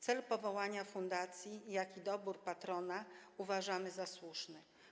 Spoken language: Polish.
Cel powołania fundacji, jak i wybór patrona uważamy za słuszny.